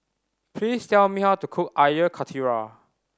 please tell me how to cook Air Karthira